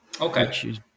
okay